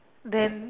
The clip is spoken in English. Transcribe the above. then